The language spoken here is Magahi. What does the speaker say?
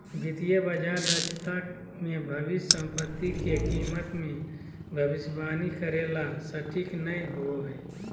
वित्तीय बाजार दक्षता मे भविष्य सम्पत्ति के कीमत मे भविष्यवाणी करे ला सटीक नय होवो हय